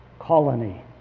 colony